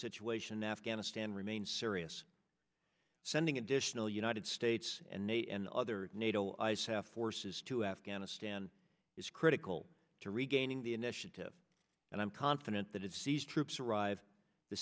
situation in afghanistan remains serious sending additional united states and nato and other nato allies have forces to afghanistan is critical to regaining the initiative and i'm confident that it sees troops arrive the